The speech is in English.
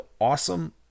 awesome